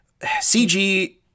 CG